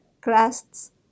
crusts